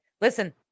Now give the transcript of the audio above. Listen